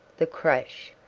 the crash,